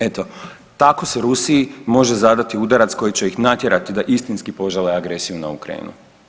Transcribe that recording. Eto tako se Rusiji može zadati udarac koji će ih natjerati da istinski požale agresiju na Ukrajinu.